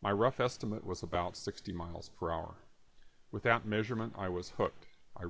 my rough estimate was about sixty miles per hour without measurement i was hooked i